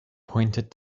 pointed